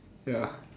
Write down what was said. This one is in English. ya